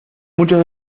muchos